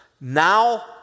now